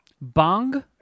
Bong